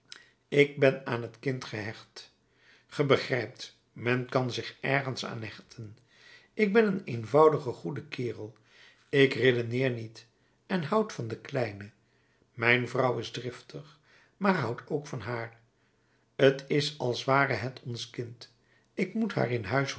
ik ben aan t kind gehecht ge begrijpt men kan zich ergens aan hechten ik ben een eenvoudige goede kerel ik redeneer niet en houd van de kleine mijn vrouw is driftig maar houdt ook van haar t is als ware het ons kind ik moet haar in huis